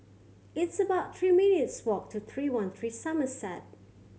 it's about three minutes' walk to Three One Three Somerset